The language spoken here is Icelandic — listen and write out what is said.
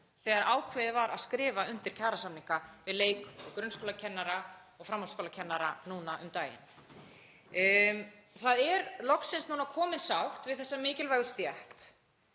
þegar ákveðið var að skrifa undir kjarasamninga við leikskóla-, grunnskóla- og framhaldsskólakennara núna um daginn. Það er loksins núna komin sátt við þessa mikilvægu stétt